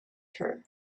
her